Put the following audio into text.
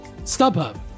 StubHub